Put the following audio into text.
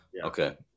Okay